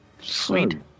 Sweet